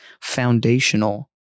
foundational